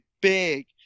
big